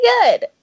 good